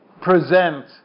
present